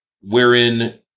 wherein